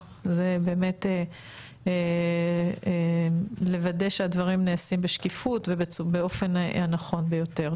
זה באמת לוודא שהדברים נעשים בשקיפות ובאופן הנכון ביותר.